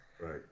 Right